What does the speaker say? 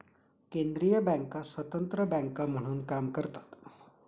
केंद्रीय बँका स्वतंत्र बँका म्हणून काम करतात